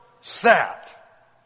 sat